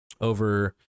over